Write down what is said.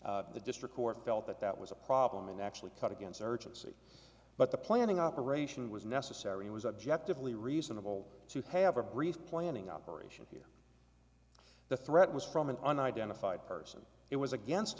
the district court felt that that was a problem and actually cut against urgency but the planning operation was necessary it was objectively reasonable to have a brief planning operation here the threat was from an unidentified person it was against